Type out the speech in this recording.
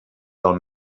del